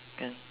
can